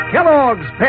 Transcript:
Kellogg's